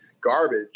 garbage